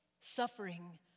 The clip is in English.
Suffering